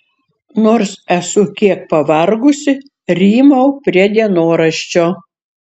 nors esu kiek pavargusi rymau prie dienoraščio